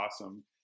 awesome